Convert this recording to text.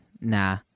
nah